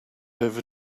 over